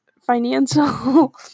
Financial